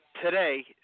Today